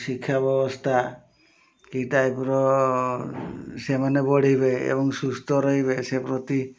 ଶିକ୍ଷା ବ୍ୟବସ୍ଥା କି ଟାଇପ୍ର ସେମାନେ ବଢିବେ ଏବଂ ସୁସ୍ଥ ରହିବେ ସେ ପ୍ରତି